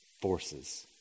forces